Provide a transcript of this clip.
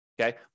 Okay